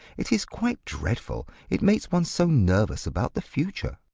it is quite dreadful. it makes one so nervous about the future.